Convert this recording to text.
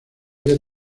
había